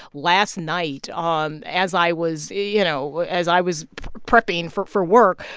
last night, um as i was you know, as i was prepping for for work,